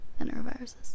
enteroviruses